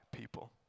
people